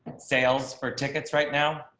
sales for tickets right now.